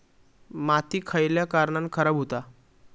माती खयल्या कारणान खराब हुता?